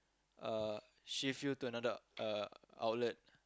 uh shift you to another uh outlet